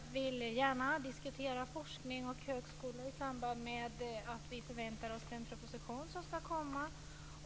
Fru talman! Vi vill gärna diskutera forskning och högskolor i samband med den proposition som förväntas komma.